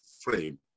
frame